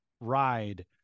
ride